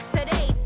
Today